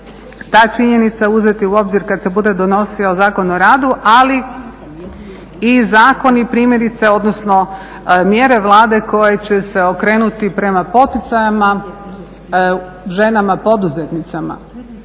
ta činjenica uzeti u obzir kad se bude donosio Zakon o radu, ali i zakoni primjerice, odnosno mjere Vlade koje će se okrenuti prema poticajima ženama poduzetnicama,